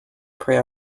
prey